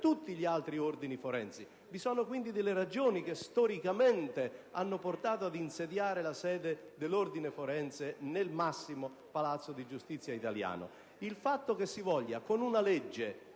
tutti gli altri ordini. Vi sono, quindi, ragioni che storicamente hanno portato ad individuare la sede dell'ordine forense romano nel massimo palazzo di giustizia italiano. Il fatto che si voglia, attraverso